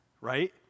right